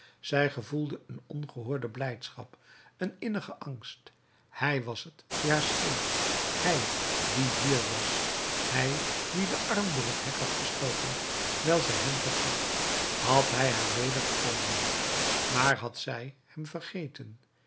zij gevoelde een ongehoorde blijdschap een innigen angst hij was het die haar schreef hij die hier was hij die den arm door het hek had gestoken terwijl zij hem vergat had hij haar wedergevonden maar had zij hem vergeten